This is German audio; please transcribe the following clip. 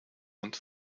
und